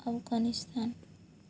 Afghanistan